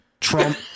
Trump